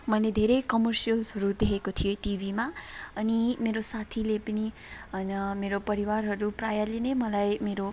मैले धेरै कमर्सियलसहरू देखेको थिएँ टिभीमा अनि मेरो साथीले पनि होइन मेरो परिवारहरू प्रायःले नै मलाई मेरो